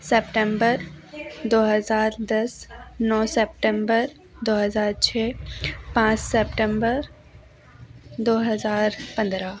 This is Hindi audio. सेप्टेम्बर दो हज़ार दस नौ सेप्टेम्बर दो हज़ार छः पाँच सेप्टेम्बर दो हज़ार पन्द्रह